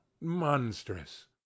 monstrous